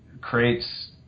creates